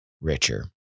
richer